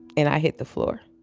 and i hit the floor